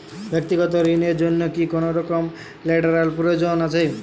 ব্যাক্তিগত ঋণ র জন্য কি কোনরকম লেটেরাল প্রয়োজন আছে?